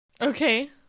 Okay